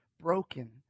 broken